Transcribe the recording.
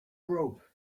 robe